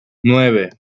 nueve